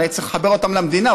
אני צריך לחבר אותם למדינה.